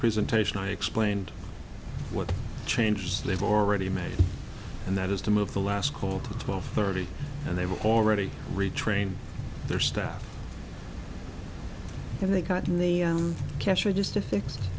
presentation i explained what changes they've already made and that is to move the last call to twelve thirty and they've already retrained their staff and they've gotten the cash register